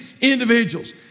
individuals